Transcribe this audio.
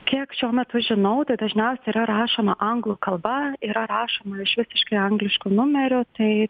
kiek šiuo metu žinau tai dažniausiai yra rašoma anglų kalba yra rašoma iš švediški angliškų numerių tai